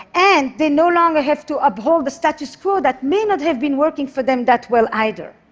and they no longer have to uphold the status quo that may not have been working for them that well, either.